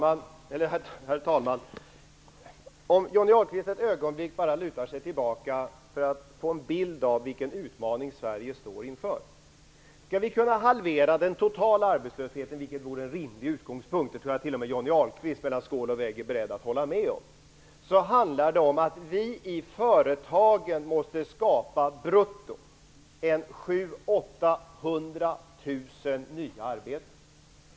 Herr talman! Om Johnny Ahlqvist bara ett ögonblick lutade sig tillbaka för att få en bild av vilken utmaning som Sverige står inför! Skall vi kunna halvera den totala arbetslösheten, vilket vore en rimlig utgångspunkt - jag tror att t.o.m. Johnny Ahlqvist mellan skål och vägg är beredd att hålla med om det - handlar det om att vi i företagen måste skapa brutto 700 000-800 000 nya arbeten.